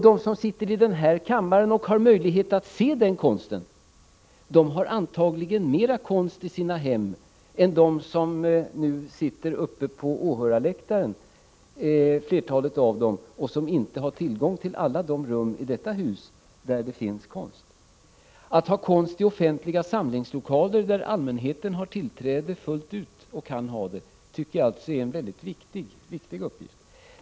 De som sitter i denna kammare och har möjlighet att se den konsten har antagligen mera konst i sina hem än flertalet av dem som nu sitter uppe på åhörarläktaren och som inte har tillgång till alla de rum i detta hus där det finns konst. Att ha konst i offentliga samlingslokaler där allmänheten kan ha tillträde fullt ut tycker jag alltså är en mycket viktig uppgift.